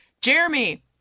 Jeremy